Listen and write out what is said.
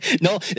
No